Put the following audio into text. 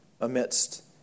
amidst